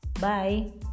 Bye